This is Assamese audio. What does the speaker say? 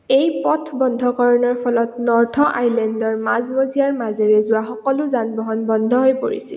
এই পথ বন্ধকৰণৰ ফলত নৰ্থ আইলেণ্ডৰ মাজমজিয়াৰ মাজেৰে যোৱা সকলো যান বাহন বন্ধ হৈ পৰিছিল